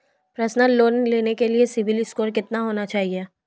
Personal loan लेने के लिए सिबिल स्कोर कितना होना चाहिए?